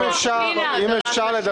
אם אפשר,